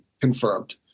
confirmed